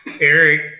Eric